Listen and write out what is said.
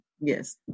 Yes